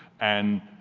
and